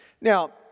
Now